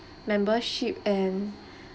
membership and